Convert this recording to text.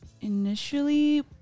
initially